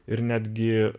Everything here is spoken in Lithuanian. ir netgi